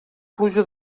pluja